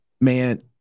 man